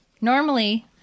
Normally